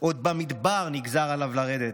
/ עוד במדבר נגזר עליו לרדת,